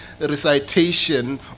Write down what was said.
recitation